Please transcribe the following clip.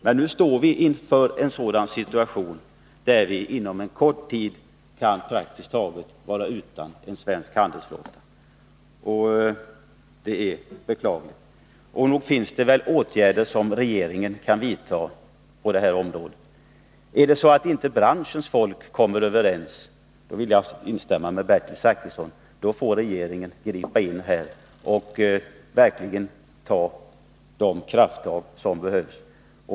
Men nu står vi inför en sådan situation att vi inom kort kan vara praktiskt taget utan en svensk handelsflotta, och det är beklagligt. Nog finns det väl åtgärder som regeringen kan vidta på detta område. Kommer inte branschens folk överens får regeringen, däri instämmer jag med Bertil Zachrisson, gripa in och ta de krafttag som behövs.